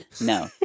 no